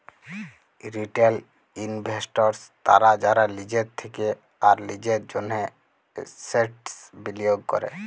retail investors তারা যারা লিজের থেক্যে আর লিজের জন্হে এসেটস বিলিয়গ ক্যরে